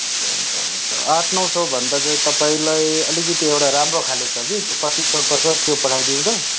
हुन्छ हुन्छ हुन्छ आठ नौ सौभन्दा चाहिँ तपाईँलाई अलिकति एउटा राम्रो खाले छ कि पच्चिस सौको छ कि त्यो पठाइदिउँ त